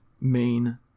main